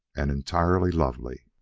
and entirely lovely.